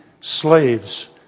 slaves